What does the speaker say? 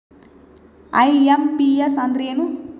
IMPS ಅಂದ್ರ ಏನು?